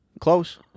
Close